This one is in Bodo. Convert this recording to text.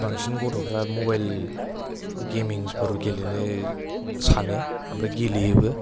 बांसिन गथ'फ्रा मबाइल गेमिंसफोर गेलेनो सानो ओफ्राय गेले योबो